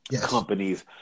companies